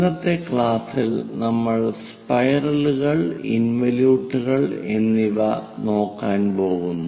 ഇന്നത്തെ ക്ലാസ്സിൽ നമ്മൾ സ്പൈറലുകൾ ഇൻവലിയൂട്ടുകൾ എന്നിവ നോക്കാൻ പോകുന്നു